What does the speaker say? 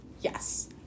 yes